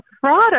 fraud